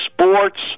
sports